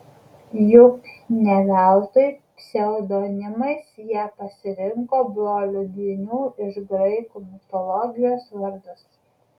juk ne veltui pseudonimais jie pasirinko brolių dvynių iš graikų mitologijos vardus